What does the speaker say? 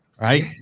right